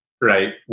right